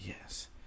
yes